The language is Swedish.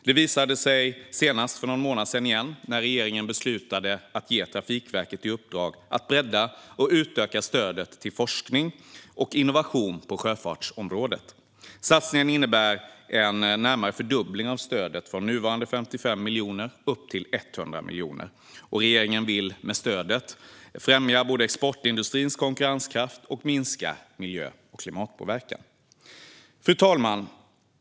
Det visade sig senast för någon månad sedan när regeringen beslutade att ge Trafikverket i uppdrag att bredda och utöka stödet till forskning och innovation på sjöfartsområdet. Satsningen innebär närapå en fördubbling av stödet, från nuvarande 55 miljoner till 100 miljoner. Regeringen vill med stödet främja exportindustrins konkurrenskraft och minska miljö och klimatpåverkan. Fru talman!